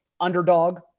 underdog